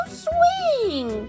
swing